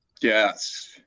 Yes